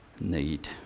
need